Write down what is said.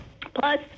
plus